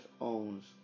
owns